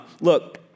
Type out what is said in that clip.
Look